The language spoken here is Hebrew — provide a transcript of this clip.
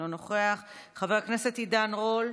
אינו נוכח, חבר הכנסת עידן רול,